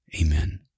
Amen